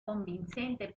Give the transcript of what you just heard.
convincente